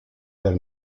del